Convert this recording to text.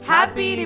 Happy